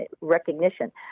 recognition